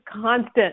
constant